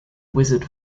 wizard